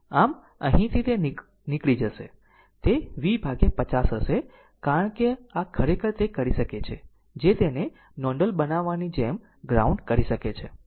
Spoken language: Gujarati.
આમ અહીંથી તે નીકળી જશે તે V 50 હશે કારણ કે આ ખરેખર તે કરી શકે છે જે તેને નોડલ બનાવવાની જેમ ગ્રાઉન્ડ કરી શકે છે